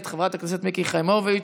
את חברת הכנסת מיקי חיימוביץ',